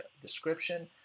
description